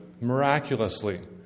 miraculously